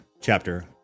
chapter